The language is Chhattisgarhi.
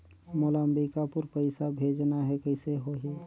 मोला अम्बिकापुर पइसा भेजना है, कइसे होही?